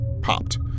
popped